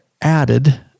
added